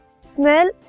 smell